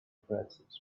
pretzels